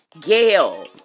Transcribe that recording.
Gail